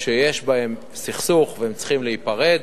שיש ביניהם סכסוך והם צריכים להיפרד,